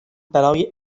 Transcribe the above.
برای